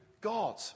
God